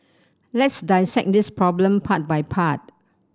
let's dissect this problem part by part